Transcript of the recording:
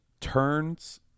turns